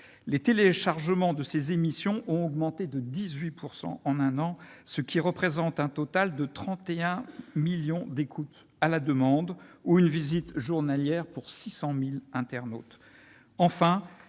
les téléchargements de ses émissions ont augmenté de 18 % en un an, ce qui représente un total de 31 millions d'écoutes à la demande ou une visite journalière pour 600 000 internautes.